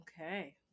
okay